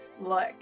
look